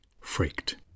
freaked